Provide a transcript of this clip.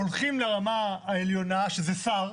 הולכים לרמה העליונה, שזה שר.